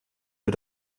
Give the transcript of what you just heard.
wir